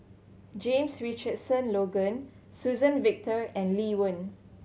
James Richardson Logan Suzann Victor and Lee Wen